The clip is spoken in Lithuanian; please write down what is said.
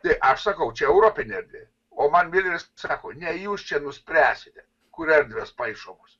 tai aš sakau čia europinė erdvė o man mileris sako ne jūs čia nuspręsite kur erdvės paišomos